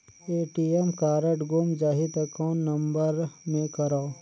ATM card गुम जाही त कौन नम्बर मे करव?